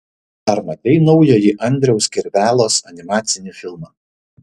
ar matei naująjį andriaus kirvelos animacinį filmą